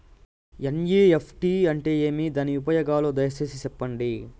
NEFT అంటే ఏమి? దాని ఉపయోగాలు దయసేసి సెప్పండి?